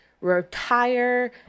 retire